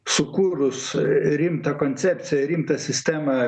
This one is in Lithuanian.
sukūrus a rimtą koncepciją rimtą sistemą